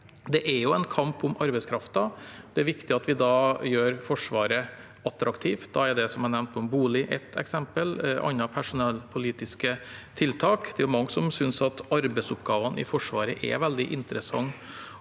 Det er jo en kamp om arbeidskraften, og det er viktig at vi da gjør Forsvaret attraktivt. Da er det som jeg nevnte om bolig, ett eksempel, og det er andre personalpolitiske tiltak. Det er mange som synes at arbeidsoppgavene i Forsvaret er veldig interessante